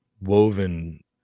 woven